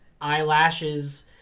eyelashes